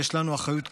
יש לנו אחריות כהורים,